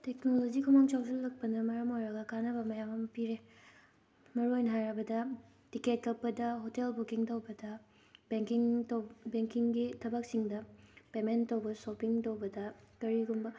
technology ꯈꯨꯃꯥꯡ ꯆꯥꯎꯁꯤꯜꯂꯛꯄꯅ ꯃꯔꯝ ꯑꯣꯏꯔꯒ ꯀꯥꯟꯅꯕ ꯃꯌꯥꯝ ꯑꯃ ꯄꯤꯔꯦ ꯃꯔꯨꯑꯣꯏꯅ ꯍꯥꯏꯔꯕꯗ ꯇꯤꯛꯀꯦꯠ ꯀꯛꯄꯗ ꯍꯣꯇꯦꯜ ꯕꯨꯛꯀꯤꯡ ꯇꯧꯕꯗ ꯕꯦꯡꯀꯤꯡ ꯇꯧ ꯕꯦꯡꯀꯤꯡꯒꯤ ꯊꯕꯛꯁꯤꯡꯗ ꯄꯦꯃꯦꯟ ꯇꯧꯕ ꯁꯣꯞꯄꯤꯡ ꯇꯧꯕꯗ ꯀꯔꯤꯒꯨꯝꯕ